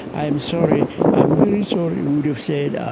i am sorry. i am very sorry, we would've said, ah,